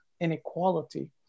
inequality